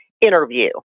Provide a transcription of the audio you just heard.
interview